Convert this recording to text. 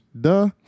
Duh